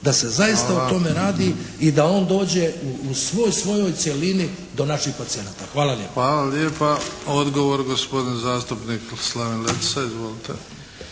(HDZ)** … o tome radi i da on dođe i svoj svojoj cjelini do naših pacijenata. Hvala lijepa. **Bebić, Luka (HDZ)** Hvala lijepa. Odgovor, gospodin zastupnik Slaven Letica. Izvolite.